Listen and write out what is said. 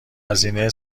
هزینه